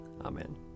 Amen